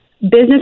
Business